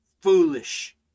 foolish